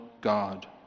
God